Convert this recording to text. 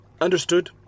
Understood